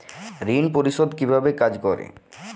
ঋণ পরিশোধ কিভাবে কাজ করে?